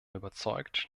überzeugt